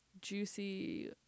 juicy